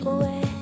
Away